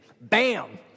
Bam